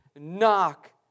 knock